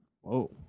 Whoa